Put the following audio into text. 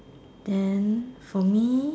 then for me